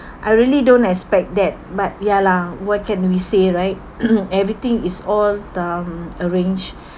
I really don't expect that but ya lah what can we say right everything is all um arrange